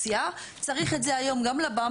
פיצוצייה, צריך את זה היום גם לבמבה.